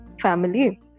family